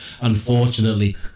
Unfortunately